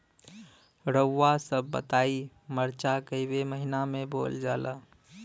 रउआ सभ बताई मरचा कवने महीना में बोवल जाला?